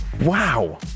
Wow